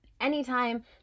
Anytime